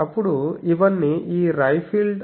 అప్పుడు ఇవన్నీ ఈ రైఫిల్డ్